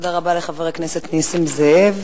תודה רבה לחבר הכנסת נסים זאב,